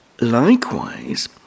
likewise